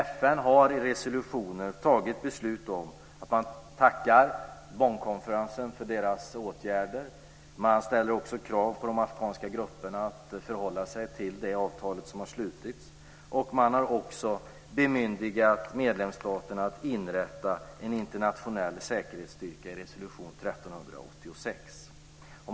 FN har i resolutioner tagit beslut om att tacka Bonnkonferensen för dess åtgärder. Man ställer också krav på de afghanska grupperna att förhålla sig till det avtal som har slutits, och man har också bemyndigat medlemsstaterna att inrätta en internationell säkerhetsstyrka i resolution 1386.